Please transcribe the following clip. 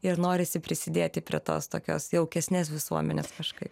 ir norisi prisidėti prie tos tokios jaukesnės visuomenės kažkaip